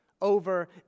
over